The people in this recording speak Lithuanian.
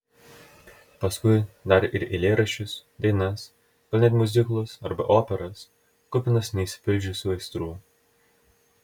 paskui dar ir eilėraščius dainas gal net miuziklus arba operas kupinas neišsipildžiusių aistrų